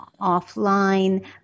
offline